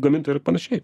gamintojai ir panašiai